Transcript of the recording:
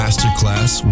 Masterclass